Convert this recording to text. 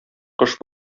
кош